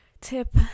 tip